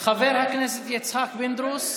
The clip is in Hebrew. חבר הכנסת יצחק פינדרוס,